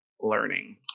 learning